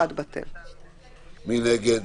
מי נגד?